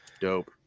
Dope